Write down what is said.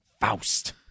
Faust